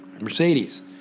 Mercedes